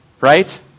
right